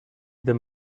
them